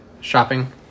Shopping